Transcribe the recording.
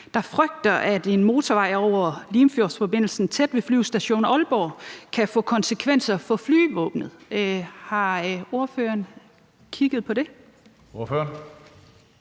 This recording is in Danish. der frygter, at en motorvej over Limfjordsforbindelsen tæt ved Flyvestation Aalborg kan få konsekvenser for flyvevåbnet. Har ordføreren kigget på det?